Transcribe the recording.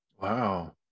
Wow